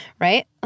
right